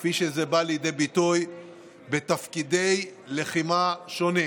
כפי שהוא בא לידי ביטוי בתפקידי לחימה שונים.